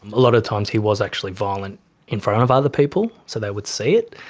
a lot of times he was actually violent in front of other people, so they would see it.